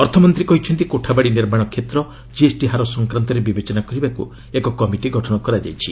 ଅର୍ଥମନ୍ତ୍ରୀ କହିଛନ୍ତି କୋଠାବାଡ଼ି ନିର୍ମାଣ କ୍ଷେତ୍ର ଜିଏସ୍ଟି ହାର ସଂକ୍ରାନ୍ତରେ ବିବେଚନା କରିବାକୁ ଏକ କମିଟି ଗଠନ କରାଯାଇଛି